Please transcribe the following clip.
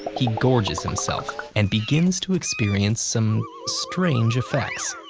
he gorges himself and begins to experience some, strange effects.